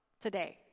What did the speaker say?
today